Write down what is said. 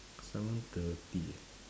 seven thirty ah